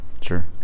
Sure